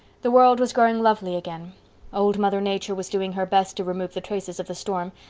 the world was growing lovely again old mother nature was doing her best to remove the traces of the storm,